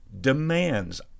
demands